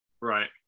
right